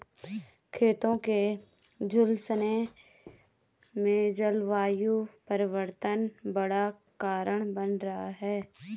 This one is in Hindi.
खेतों के झुलसने में जलवायु परिवर्तन बड़ा कारण बन रहा है